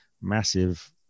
massive